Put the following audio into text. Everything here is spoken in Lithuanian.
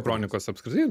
kronikos apskritai